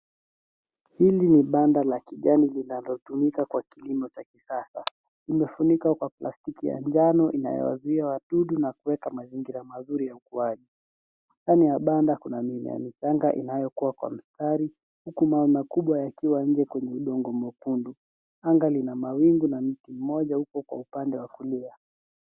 Hili ni banda la kijani linalotumika kwa kilimo cha kisasa. Limefunikwa kwa palstiki ya njano inayowazuia wadudu na kuweka mazingira mazuri ya ukuaji. Ndani ya banda kuna mimea michanga inayokua kwa mistari huku mahema makubwa yakiwa nje kwenye udongo mwekundu. Anga lina mawingu na mti mmoja uko kwa upande wa kulia.